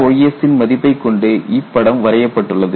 ys ன் மதிப்பை கொண்டு இப்படம் வரையப்பட்டுள்ளது